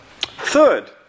Third